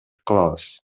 кылабыз